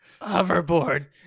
Hoverboard